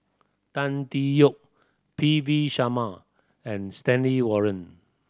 Tan Tee Yoke P V Sharma and Stanley Warren